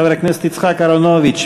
חבר הכנסת יצחק אהרונוביץ,